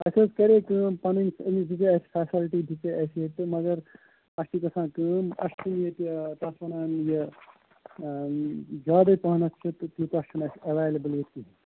اَسہِ حظ کراے کٲم پَنٕنۍ أمِس دِژیاے اَسہِ فیسلٹی دِژاے اَسہِ أمِس مگر اَسہِ چھِ گژھان کٲم اَسہِ چھِنہٕ ییٚتہِ کیٛاہ چھِ ونان یہِ زیادٕے پہم چھِ تہٕ تیٛوٗتاہ چھُنہٕ اَسہِ ایٚویلِبُل یِیٚتہِ کِہِیٖنٛۍ